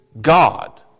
God